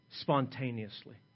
spontaneously